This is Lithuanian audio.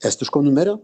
estiško numerio